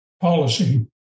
policy